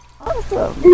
Awesome